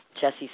Jesse